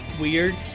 weird